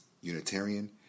Unitarian